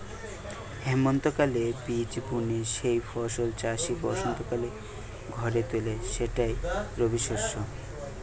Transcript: হেমন্তকালে বীজ বুনে যেই ফসল চাষি বসন্তকালে ঘরে তুলে সেটাই রবিশস্য